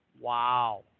wow